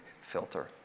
filter